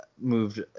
moved